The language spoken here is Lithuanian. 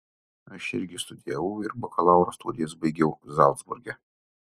aš irgi studijavau ir bakalauro studijas baigiau zalcburge